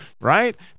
right